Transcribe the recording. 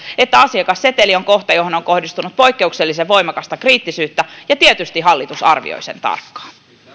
että asiakasseteli on kohta johon on kohdistunut poikkeuksellisen voimakasta kriittisyyttä ja tietysti hallitus arvioi sen tarkkaan